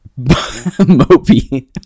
Mopey